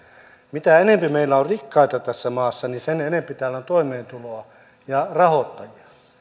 mitä enempi meillä on rikkaita tässä maassa sen enempi täällä on toimeentuloa ja rahoittajia